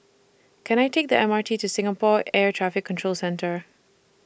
Can I Take The M R T to Singapore Air Traffic Control Centre